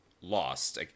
lost